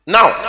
now